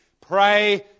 Pray